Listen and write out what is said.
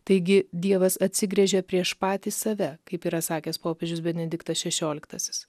taigi dievas atsigręžia prieš patį save kaip yra sakęs popiežius benediktas šešioliktasis